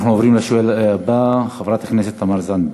אנחנו עוברים לשואלת הבאה, חברת הכנסת תמר זנדברג.